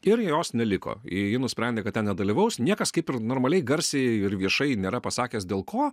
ir jos neliko ji nusprendė kad ten nedalyvaus niekas kaip ir normaliai garsiai ir viešai nėra pasakęs dėl ko